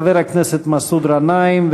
חבר הכנסת מסעוד גנאים,